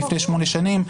לפני שמונה שנים,